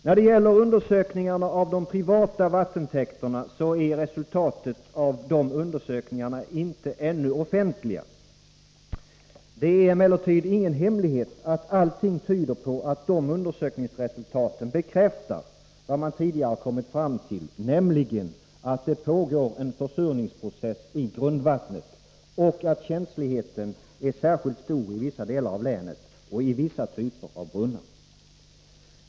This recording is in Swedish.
När det gäller undersökningarna av de privata vattentäkterna är resultatet av dessa ännu inte offentliga. Det är emellertid ingen hemlighet att allting tyder på att dessa undersökningsresultat bekräftar vad man tidigare kommit fram till, nämligen att det pågår en försurningsprocess i grundvattnet och att känsligheten är särskilt stor i vissa delar av länet och i vissa typer av brunnar.